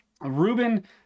Ruben